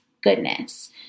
goodness